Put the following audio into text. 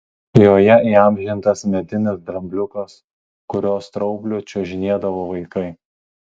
joje įamžintas medinis drambliukas kurio straubliu čiuožinėdavo vaikai